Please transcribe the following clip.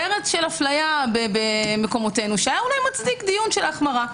פרץ של אפליה במקומותינו שהיה אולי מצדיק דיון החמרה.